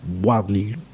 wildly